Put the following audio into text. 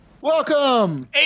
Welcome